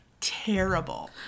terrible